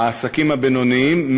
העסקים הבינוניים,